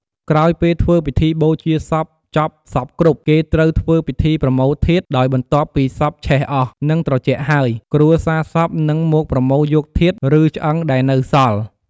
ក្រោយពេលធ្វើពិធីបូជាសពចប់សព្វគ្រប់ គេត្រូវធ្វើពិធីប្រមូលធាតុ ដោយបន្ទាប់ពីសពឆេះអស់ និងត្រជាក់ហើយ គ្រួសារសពនឹងមកប្រមូលយកធាតុ ឬឆ្អឹងដែលនៅសល់។